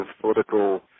political